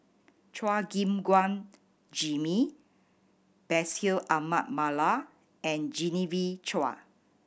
Chua Gim Guan Jimmy Bashir Ahmad Mallal and Genevieve Chua